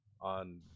on